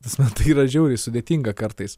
pas mane tai yra žiauriai sudėtinga kartais